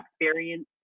experience